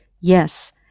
Yes